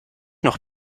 noch